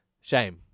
shame